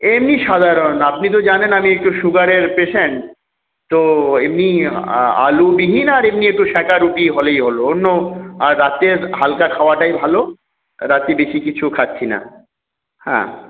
এমনি সাধারন আপনি তো জানেন আমি সুগারের পেশেন্ট তো এমনি আলুবিহীন আর একটু সেঁকা রুটি হলেই হলো অন্য আর রাতে হালকা খাওয়াটাই ভালো রাতে বেশি কিছু খাচ্ছিনা হ্যাঁ